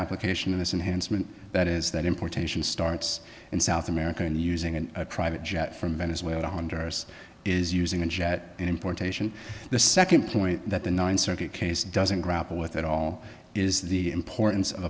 application of this unhandsome and that is that importation starts in south america and using a private jet from venezuela to honduras is using a jet importation the second point that the ninth circuit case doesn't grapple with at all is the importance of